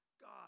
God